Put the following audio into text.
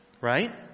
Right